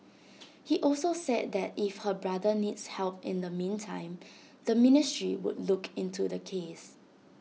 he also said that if her brother needs help in the meantime the ministry would look into the case